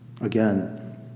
Again